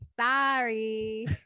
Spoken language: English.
Sorry